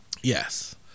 yes